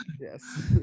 Yes